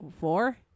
Four